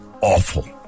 awful